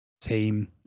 team